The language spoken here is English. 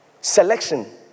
Selection